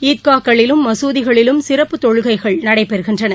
ஈத்கா களிலும் மசூதிகளிலும் சிறப்பு தொழுகைகள் நடைபெறுகின்றன